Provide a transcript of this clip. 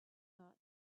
thought